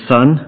Son